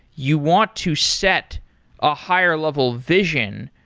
you want to set a higher level vision,